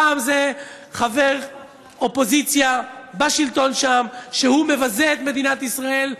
פעם חבר אופוזיציה בשלטון שם מבזה את מדינת ישראל,